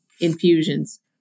infusions